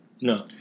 No